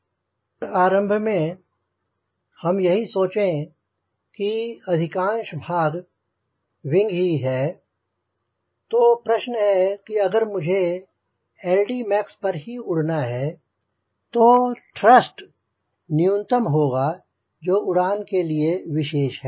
पर आरंभ में हम यही सोचे कि अधिकांश भाग विंग ही है तो प्रश्न है कि अगर मुझे LDmax पर ही उड़ना है तो थ्रस्ट न्यूनतम होगा जो उड़ान के लिए विशेष है